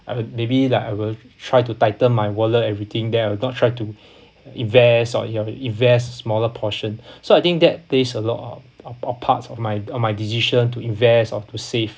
I would maybe like I will try to tighten my wallet everything then I will not try to invest or you have to invest smaller portion so I think that there's a lot of of p~ parts of my of my decision to invest or to save